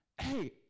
Hey